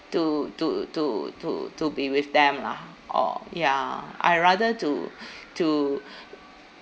to to to to to be with them lah or ya I rather to to